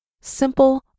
simple